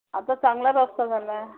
आता चांगला रस्ता झाला आहे